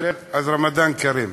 אז רמדאן כרים.